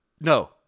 no